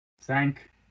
Thank